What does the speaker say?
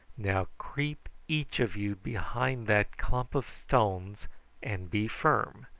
now creep each of you behind that clump of stones and be firm.